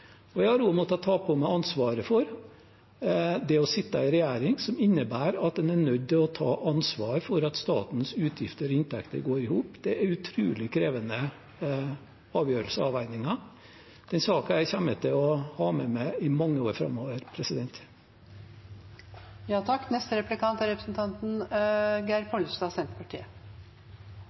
Jeg har også måttet ta på meg ansvaret for det å sitte i en regjering, som innebærer at en er nødt til å ta ansvar for at statens utgifter og inntekter går i hop. Det er utrolig krevende avgjørelser og avveininger. Denne saken kommer jeg til å ha med meg i mange år framover.